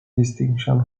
distinction